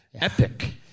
Epic